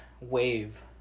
wave